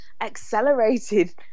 accelerated